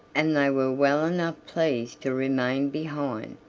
and they were well enough pleased to remain behind,